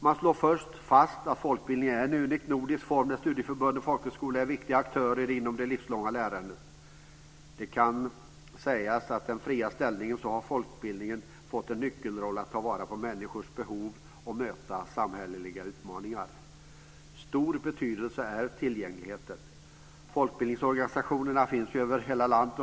Man slår först fast att folkbildningen är en unik nordisk form där studieförbund och folkhögskolor är viktiga aktörer inom det livslånga lärandet. Det kan sägas att folkbildningens fria ställning har givit den en nyckelroll när det gäller att ta vara på människors behov och förmåga att möta samhälleliga utmaningar. Stor betydelse har tillgängligheten. Folkbildningsorganisationerna finns ju över hela landet.